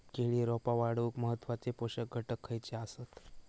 केळी रोपा वाढूक महत्वाचे पोषक घटक खयचे आसत?